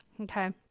okay